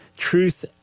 truth